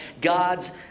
God's